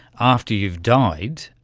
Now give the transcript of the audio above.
after you've died,